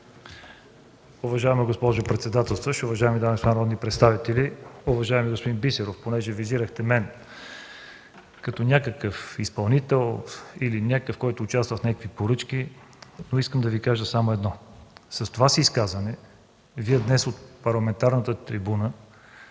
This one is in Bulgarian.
Уважаема госпожо председател, уважаеми дами и господа народни представители! Уважаеми господин Бисеров, понеже визирахте мен като някакъв изпълнител, като някакъв, който участва в някакви поръчки, искам да Ви кажа едно: с това си изказване днес от парламентарната трибуна